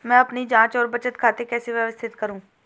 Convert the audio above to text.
मैं अपनी जांच और बचत खाते कैसे व्यवस्थित करूँ?